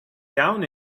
down